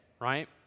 right